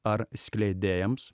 ar skleidėjams